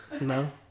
No